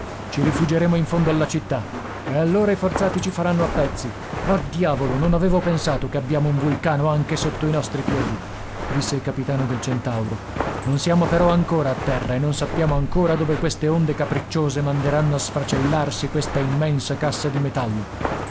ci rifugeremo in fondo alla città e allora i forzati ci faranno a pezzi ah diavolo non avevo pensato che abbiamo un vulcano anche sotto i nostri piedi disse il capitano del centauro non siamo però ancora a terra e non sappiamo ancora dove queste onde capricciose manderanno a sfracellarsi questa immensa cassa di metallo